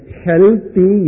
healthy